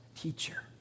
Teacher